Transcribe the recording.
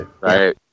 Right